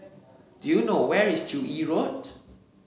do you know where is Joo Yee Road